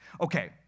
Okay